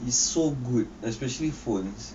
it's so good especially phones